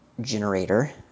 generator